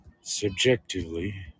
subjectively